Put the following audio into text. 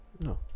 No